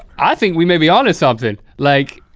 i think we may be onto something. like,